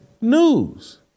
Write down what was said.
news